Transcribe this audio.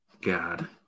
God